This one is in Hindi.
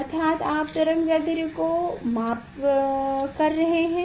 अर्थात आप तरंग दैर्ध्य को माप रहे हैं